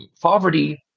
poverty